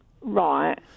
Right